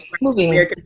Moving